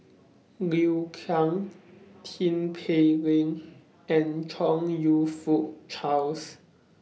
Liu Kang Tin Pei Ling and Chong YOU Fook Charles